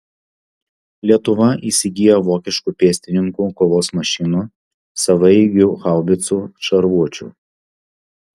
lietuva įsigyja vokiškų pėstininkų kovos mašinų savaeigių haubicų šarvuočių